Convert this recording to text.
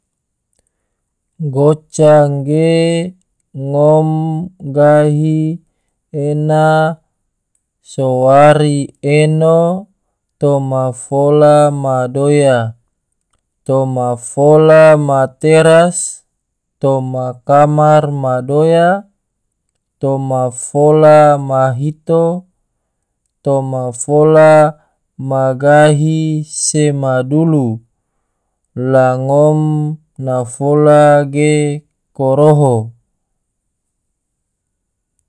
Goca ge ngom gahi ena so wari eno toma fola ma doya, toma fola ma teras, toma kamar ma doya, toma fola ma hito, toma fola ma gai, se ma dulu. la ngom na fola ge koroho.